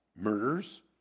murders